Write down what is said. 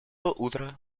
утро